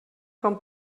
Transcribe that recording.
com